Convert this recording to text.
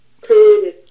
created